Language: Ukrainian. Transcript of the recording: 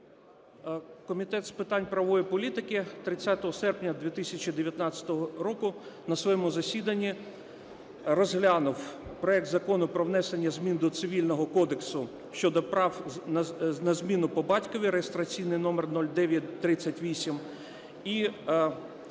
Комітет з питань правової політики 30 серпня 2019 року на своєму засіданні розглянув проект Закону про внесення змін до Цивільного кодексу (щодо прав на зміну по батькові) (реєстраційний номер 0938) і, розглянувши